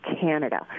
Canada